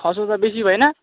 छ सौ रुपियाँ बेसी भएन